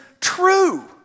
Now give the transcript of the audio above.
true